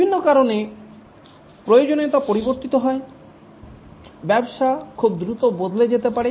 বিভিন্ন কারণে প্রয়োজনীয়তা পরিবর্তিত হয় ব্যবসা খুব দ্রুত বদলে যেতে পারে